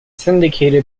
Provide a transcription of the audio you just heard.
syndicated